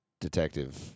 detective